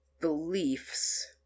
beliefs